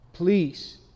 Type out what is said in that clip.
Please